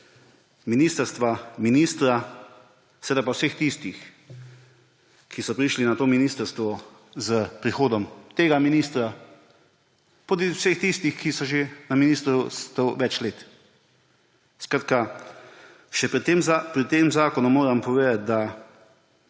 ministrstva, ministra pa seveda vseh tistih, ki so prišli na to ministrstvo s prihodom tega ministra, pa vseh tistih, ki so na ministrstvu že več let. Skratka, pri tem zakonu moram še povedati,